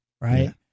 right